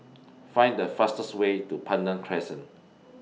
Find The fastest Way to Pandan Crescent